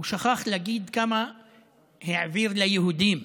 הוא שכח להגיד כמה העביר ליהודים,